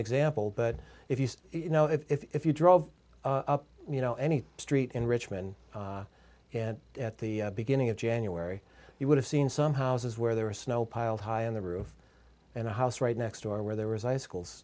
example but if you you know if you drove up you know any street in richmond and at the beginning of january you would have seen some houses where there was snow piled high on the roof and a house right next door where there was icicles